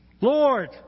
Lord